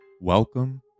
Welcome